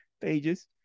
pages